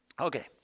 Okay